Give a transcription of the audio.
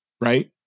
right